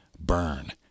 burn